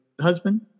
husband